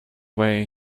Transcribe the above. way